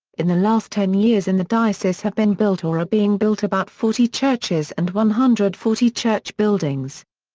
in the last ten years in the diocese have been built or are being built about forty churches and one hundred and forty church buildings.